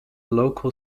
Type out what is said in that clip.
local